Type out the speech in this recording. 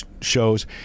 shows